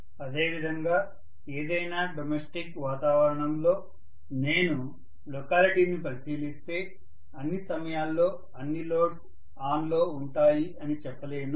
అదేవిధంగా ఏదైనా డొమెస్టిక్ వాతావరణంలో నేను లొకాలిటీని పరిశీలిస్తే అన్ని సమయాల్లో అన్ని లోడ్స్ ఆన్ లో ఉంటాయి అని చెప్పలేను